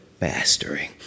mastering